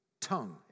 tongue